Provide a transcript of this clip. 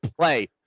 play